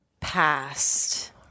Past